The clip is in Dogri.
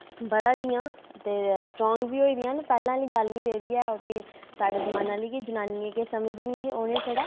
बधै दियां ते स्ट्रांग बी होई दियां न पैह्लें आह्ली गल्ल निं रेह्दी ऐ कि साढे जमानै आह्ली कि जनानियें ई किश समझदे निं ऐहे उ'नें ई छड़ा